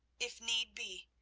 if need be,